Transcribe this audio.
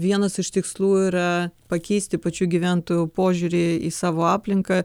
vienas iš tikslų yra pakeisti pačių gyventojų požiūrį į savo aplinką